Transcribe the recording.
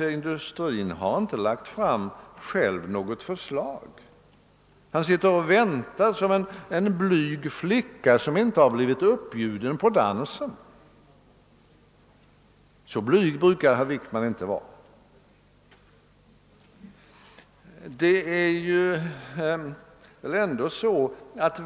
industrin inte själv framlagt något förslag. Han sitter och väntar som en blyg flicka som inte har blivit. uppbjuden under dansen. Så blyg brukar inte herr Wickman vara.